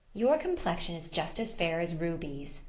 your complexion is just as fair as ruby's,